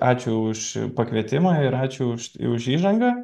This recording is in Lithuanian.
ačiū už pakvietimą ir ačiū už už įžangą